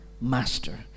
master